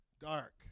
dark